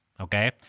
Okay